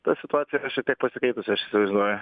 ta situacija yra šiek tiek pasikeitusi aš įsivaizduoju